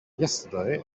yesterday